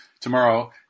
Tomorrow